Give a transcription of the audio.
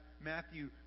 Matthew